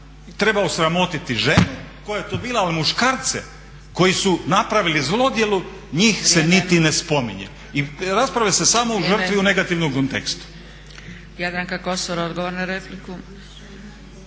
Treba osramotiti ženu koja je to bila, ali muškarce koji su napravili zlodjelo njih se niti ne spominje i raspravlja se samo o žrtvu u negativnom kontekstu.